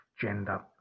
gender